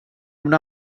una